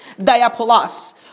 diapolos